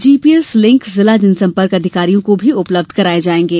GPS link जिला जनसंपर्क अधिकारियों को भी उपलब्ध कराये जायेंगे